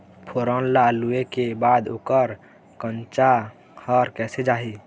फोरन ला लुए के बाद ओकर कंनचा हर कैसे जाही?